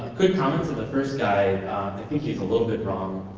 quick comment to the first guy. i think he's a little bit wrong.